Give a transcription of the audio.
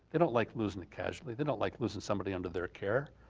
they don't like losing a casualty, they don't like losing somebody under their care.